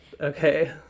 Okay